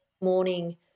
morning